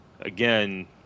Again